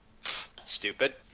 Stupid